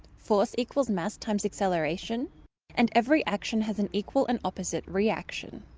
force equals mass times acceleration and every action has an equal and opposite reaction.